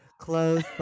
Close